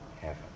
heaven